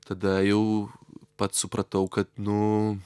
tada jau pats supratau kad nu